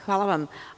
Hvala vam.